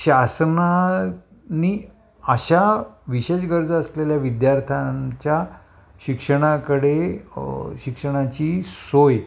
शासनानी अशा विशेष गरजा असलेल्या विद्यार्थ्यांच्या शिक्षणाकडे शिक्षणाची सोय